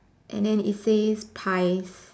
and then it says ties